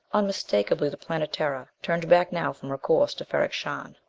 unmistakably the planetara, turned back now from her course to ferrok-shahn.